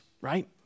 right